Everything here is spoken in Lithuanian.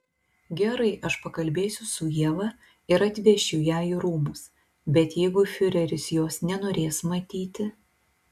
gerai aš pakalbėsiu su ieva ir atvešiu ją į rūmus bet jeigu fiureris jos nenorės matyti